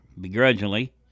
begrudgingly